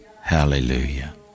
Hallelujah